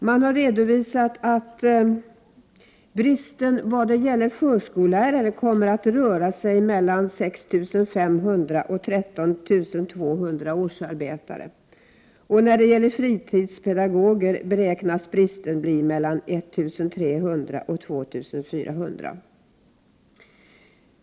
Man har redovisat att bristen på förskollärare kommer att ligga på 6 500-13 200 årsarbeten. När det gäller fritidspedagoger beräknas bristen bli 1 300-2 400 årsarbeten.